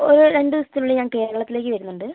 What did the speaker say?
ഒരു രണ്ട് ദിവസത്തിനുള്ളിൽ ഞാൻ കേരളത്തിലേക്ക് വരുന്നുണ്ട്